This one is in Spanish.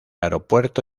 aeropuerto